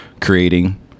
creating